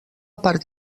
part